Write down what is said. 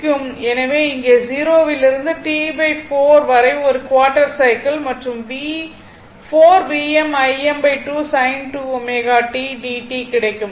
எனவே இங்கே 0 விலிருந்து T4 வரை ஒரு குவார்ட்டர் சைக்கிள் மற்றும் 4 Vm Im2 sin 2 ω t dt கிடைக்கும்